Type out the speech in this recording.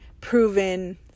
proven